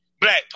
Black